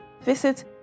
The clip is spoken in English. visit